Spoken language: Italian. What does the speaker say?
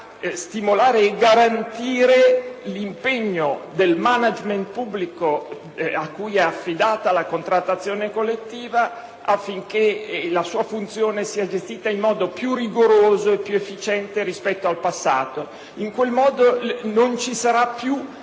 stimolare e a garantire l'impegno del *management* pubblico, cui è affidata la contrattazione collettiva, affinché la sua funzione sia gestita in modo più rigoroso e più efficiente rispetto al passato. In quel modo non ci sarà più